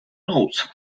notes